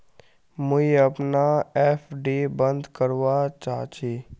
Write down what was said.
मुई अपना एफ.डी बंद करवा चहची